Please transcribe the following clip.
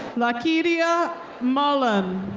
lakedia mullen.